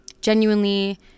genuinely